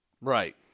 Right